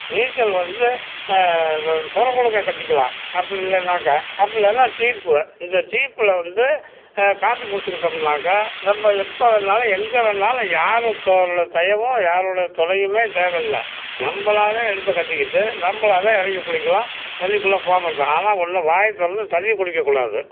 நீச்சல் வந்து சொர குடுக்க கட்டிக்கலாம் அப்படி இல்லைனாக்க அப்படி இல்லைனா டீப்பு இந்த டீப்பில் வந்து காற்று பிடிச்சிக்கிட்டோம்னாக்கா நம்ம எப்போ வேணாலும் எங்கே வேணாலும் யாருதோடய தயவும் யாரோடய துணையுமே தேவையில்ல நம்மளாவே எடுத்து கட்டிக்கிட்டு நம்மளாவே இறங்கி குளிக்கலாம் தண்ணிக்குள்ள போக மாட்டோம் ஆனால் ஒன்று வாயைத் திறந்து தண்ணி குடிக்கக்கூடாது